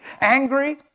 angry